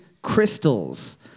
crystals